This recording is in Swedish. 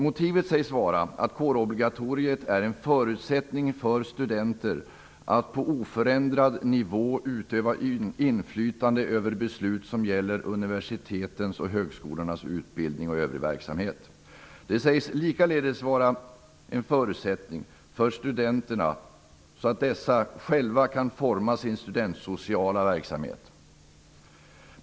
Motivet sägs vara att kårobligatoriet är en förutsättning för studenter att på oförändrad nivå utöva inflytande över beslut som gäller universitetens och högskolornas utbildning och övrig verksamhet. Det sägs likaledes vara en förutsättning för studenterna så att de själva kan forma sin studentsociala verksamhet.